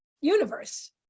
universe